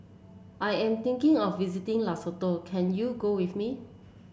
I am thinking of visiting Lesotho can you go with me